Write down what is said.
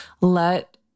let